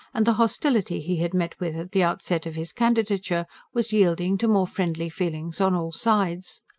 and the hostility he had met with at the outset of his candidature was yielding to more friendly feelings on all sides.